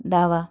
दावा